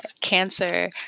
Cancer